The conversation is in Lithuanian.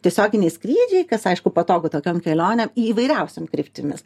tiesioginiai skrydžiai kas aišku patogu tokiom kelionėm į įvairiausiom kryptimis